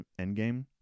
Endgame